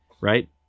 right